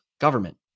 government